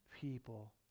people